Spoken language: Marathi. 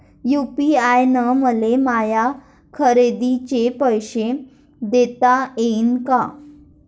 यू.पी.आय न मले माया खरेदीचे पैसे देता येईन का?